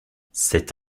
cette